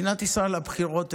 במדינת ישראל הבחירות אזוריות,